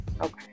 okay